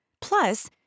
Plus